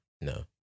no